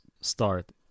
start